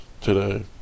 today